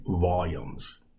volumes